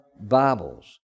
Bibles